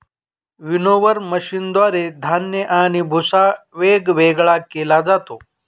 winnower मशीनद्वारे धान्य आणि भुस्सा वेगवेगळा केला जातो